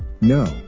No